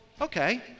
okay